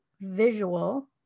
visual